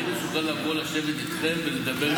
אני מסוגל לבוא לשבת אתכם ולדבר.